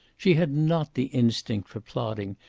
she had not the instinct for plodding,